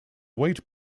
weight